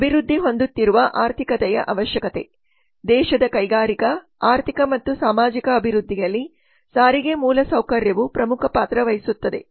ಅಭಿವೃದ್ಧಿ ಹೊಂದುತ್ತಿರುವ ಆರ್ಥಿಕತೆಯ ಅವಶ್ಯಕತೆ ದೇಶದ ಕೈಗಾರಿಕಾ ಆರ್ಥಿಕ ಮತ್ತು ಸಾಮಾಜಿಕ ಅಭಿವೃದ್ಧಿಯಲ್ಲಿ ಸಾರಿಗೆ ಮೂಲಸೌಕರ್ಯವು ಪ್ರಮುಖ ಪಾತ್ರ ವಹಿಸುತ್ತದೆ